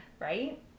Right